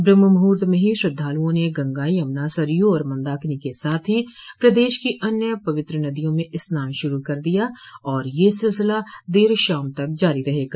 ब्रह्म मुहुर्त में ही श्रद्धालुओं ने गंगा यमना सरयु और मंदाकिनी के साथ ही प्रदेश की अन्य पवित्र नदियों में स्नान शुरु कर दिया और ये सिलसिला देर शाम तक जारी रहेगा